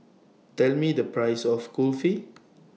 Tell Me The priceS of Kulfi